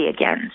again